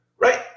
Right